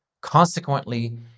Consequently